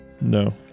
No